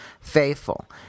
faithful